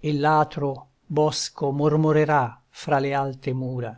e l'atro bosco mormorerà fra le alte mura